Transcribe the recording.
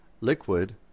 liquid